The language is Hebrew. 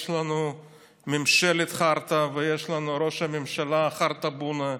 יש לנו ממשלת חרטא ויש לנו ראש ממשלה חרטבונה,